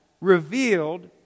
revealed